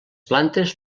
plantes